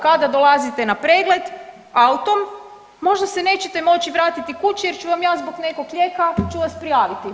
Kada dolazite na pregled autom možda se nećete moći vratiti kući, jer ću vam ja zbog nekog lijeka ću vas prijaviti.